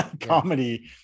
comedy